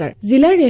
ah zero